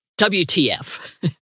WTF